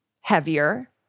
heavier